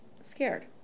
scared